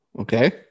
Okay